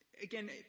Again